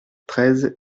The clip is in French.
treize